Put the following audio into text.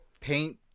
paint